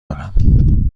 دارم